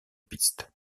pistes